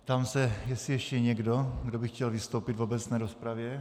Ptám se, jestli je ještě někdo, kdo by chtěl vystoupit v obecné rozpravě.